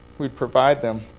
we'd provide them.